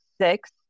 six